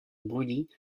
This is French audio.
brûlis